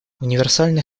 универсальный